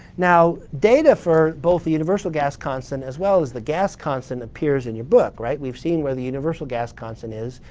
now data for both the universal gas constant as well as the gas constant appears in your book, right? we've seen where the universal gas constant is.